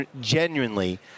genuinely